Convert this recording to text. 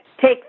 take